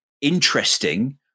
interesting